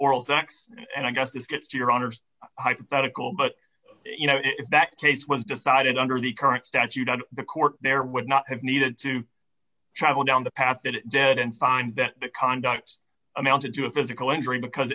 oral sex and i guess this gets to your honor's hypothetical but you know if that case was decided under the current statute on the court there would not have needed to travel down the path that it down and find that the conduct amounted to a physical injury because